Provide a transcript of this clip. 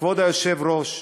כבוד היושב-ראש,